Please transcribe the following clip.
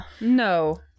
no